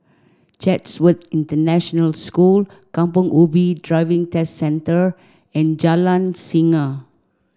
Chatsworth International School Kampong Ubi Driving Test Centre and Jalan Singa